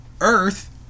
Earth